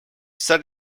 said